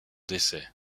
décès